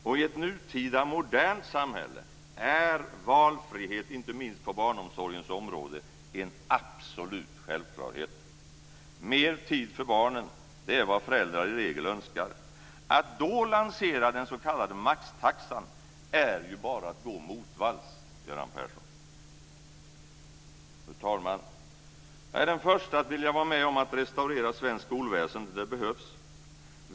I ett nutida modernt samhälle är valfrihet, inte minst på barnomsorgens område, en absolut självklarhet. Mer tid för barnen är vad föräldrar i regel önskar. Att då lansera den s.k. maxtaxan är ju bara att gå motvalls, Fru talman! Jag är den första att vilja vara med om att restaurera svenskt skolväsende. Det behövs.